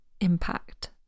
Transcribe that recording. impact